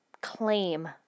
claim